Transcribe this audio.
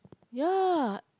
ya